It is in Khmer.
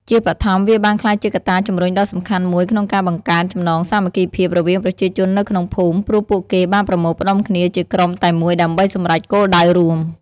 ជាបឋម វាបានក្លាយជាកត្តាជំរុញដ៏សំខាន់មួយក្នុងការបង្កើន ចំណងសាមគ្គីភាព រវាងប្រជាជននៅក្នុងភូមិ ព្រោះពួកគេបានប្រមូលផ្តុំគ្នាជាក្រុមតែមួយដើម្បីសម្រេចគោលដៅរួម។